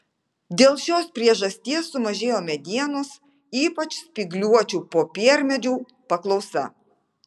dėl šios priežasties sumažėjo medienos ypač spygliuočių popiermedžių paklausa